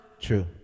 True